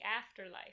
afterlife